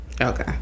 Okay